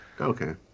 Okay